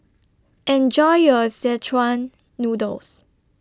Enjoy your Szechuan Noodles